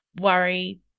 worry